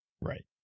Right